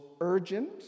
urgent